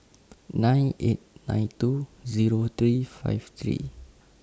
nine eight nine two Zero three five three